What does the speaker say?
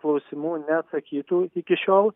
klausimų neatsakytų iki šiol